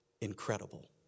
incredible